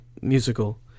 musical